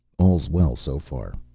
all's well so far,